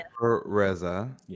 Reza